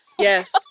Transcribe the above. Yes